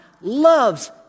loves